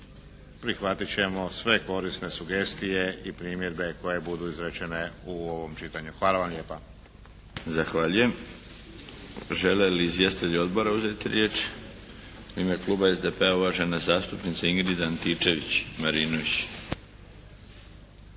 prihvatit ćemo sve korisne sugestije i primjedbe koje budu izrečene u ovom čitanju. Hvala vam lijepa. **Milinović, Darko (HDZ)** Zahvaljujem. Žele li izvjestitelji odbora uzeti riječ? U ime kluba SDP-a uvažena zastupnica Ingrid Antičević-Marinović.